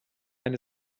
eine